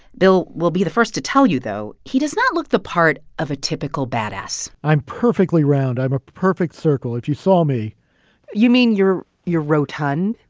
bill will be the first to tell you, though, he does not look the part of a typical badass i'm perfectly round. i'm a perfect circle, if you saw me you mean you're you're rotund?